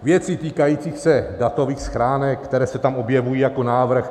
Věci týkající se datových schránek, které se tam objevují jako návrh.